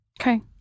Okay